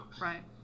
right